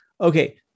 Okay